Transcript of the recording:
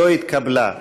לא התקבלה.